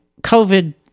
COVID